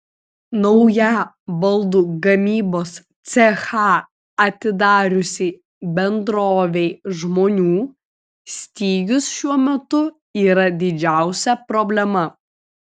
naują baldų gamybos cechą atidariusiai bendrovei žmonių stygius šiuo metu yra didžiausia problema